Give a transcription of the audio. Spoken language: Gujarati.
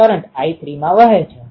તેથી તે 2 છે અથવા તો છે